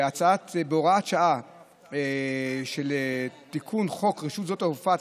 בהוראת שעה לתיקון חוק רשות שדות התעופה,